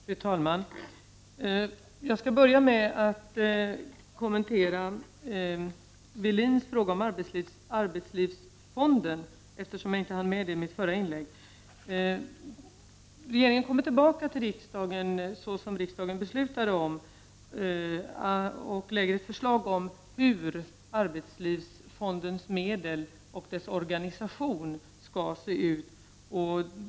Fru talman! Jag skall börja med att kommentera Kjell-Arne Welins fråga om arbetslivsfonden, eftersom jag inte hann med det i mitt förra inlägg. om, och avger förslag om hur arbetslivsfondens medel skall användas och dess organisation skall se ut.